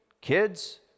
kids